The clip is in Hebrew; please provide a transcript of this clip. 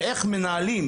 ואיך המנהלים,